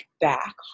back